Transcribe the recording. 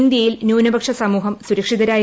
ഇന്ത്യയിൽ ന്യൂനപക്ഷ സമൂഹം സുരക്ഷിതരായിരുന്നു